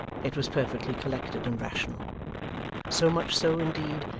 it was perfectly collected and rational so much so, indeed,